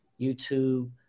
YouTube